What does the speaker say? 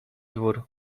dwór